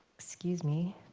excuse me.